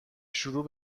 شروع